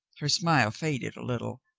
her smile faded a little.